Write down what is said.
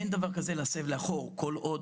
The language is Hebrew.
אין דבר כזה להסב לאחור כל עוד,